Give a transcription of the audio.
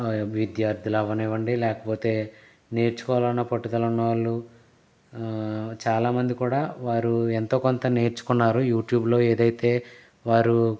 విద్యార్థులు అవనివ్వండి లేకపోతే నేర్చుకోవాలన్న పట్టుదల ఉన్న వాళ్ళు చాలామంది కూడా వారు ఎంతో కొంత నేర్చుకున్నారు యూట్యూబ్ లో ఏదైతే వారు